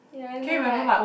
ya I know right